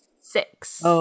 Six